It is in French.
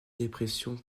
dépression